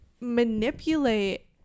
manipulate